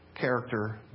character